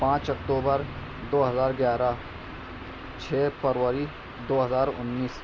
پانچ اکتوبر دو ہزار گیارہ چھ فروری دو ہزار انیس